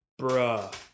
Bruh